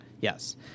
Yes